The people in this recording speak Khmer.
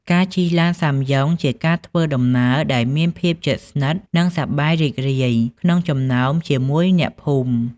ការជិះឡានសាំយ៉ុងជាការធ្វើដំណើរដែលមានភាពជិតស្និទ្ធ និងសប្បាយរីករាយក្នុងចំណោមជាមួយអ្នកភូមិ។